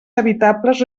habitables